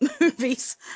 movies